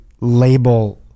label